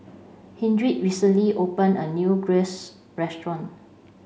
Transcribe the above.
Hildred recently opened a new Gyros Restaurant